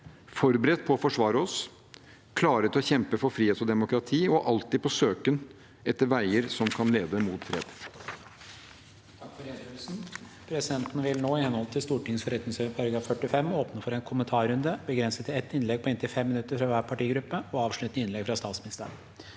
forberedt på å forsvare oss, klare til å kjempe for frihet og demokrati og alltid på søken etter veier som kan lede mot fred.